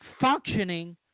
functioning